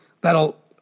That'll